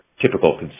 typical